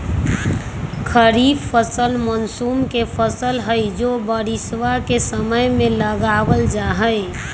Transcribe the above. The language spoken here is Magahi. खरीफ फसल मॉनसून के फसल हई जो बारिशवा के समय में लगावल जाहई